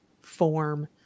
form